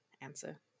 answer